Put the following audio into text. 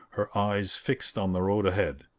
her eyes fixed on the road ahead.